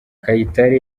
kayitare